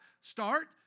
start